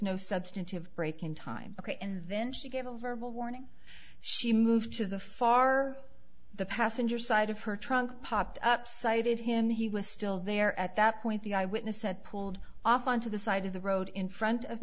no substantive break in time ok and then she gave a verbal warning she moved to the far the passenger side of her trunk popped up sighted him he was still there at that point the eyewitness said pulled off onto the side of the road in front of